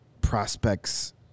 prospects